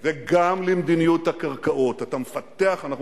ברכבות, במחלפים, תחנות רכבת, בחשמול של הרכבות.